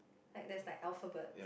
like there's like alphabet